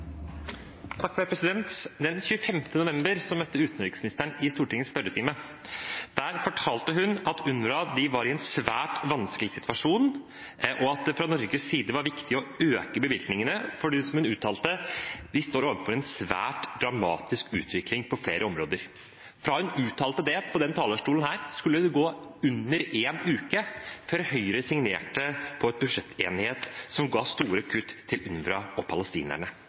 i en svært vanskelig situasjon, og at det fra Norges side var viktig å øke bevilgningene fordi, som hun uttalte, vi står overfor «en svært dramatisk utvikling på flere områder». Fra hun uttalte det på denne talerstolen, skulle det gå under en uke før Høyre signerte på en budsjettenighet som ga store kutt til UNRWA og palestinerne.